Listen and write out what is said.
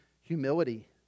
humility